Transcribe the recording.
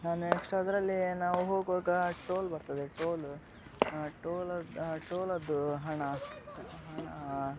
ಹಾಂ ನೆಕ್ಷ್ಟ್ ಅದರಲ್ಲಿ ನಾವು ಹೋಗುವಾಗ ಟೋಲ್ ಬರ್ತದೆ ಟೋಲ್ ಟೋಲದ್ ಟೋಲದ್ದೂ ಹಣ